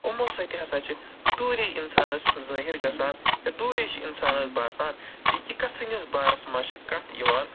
یِمَو سۭتۍ تہِ ہسا چھِ دوٗری اِنسانَس ظٲہِر گژھان یا دوٗرٕے چھِ اِنسانَس باسان زِ یہِ کَس سٕنٛدِس بارَس منٛز چھِ کَتھ یِوان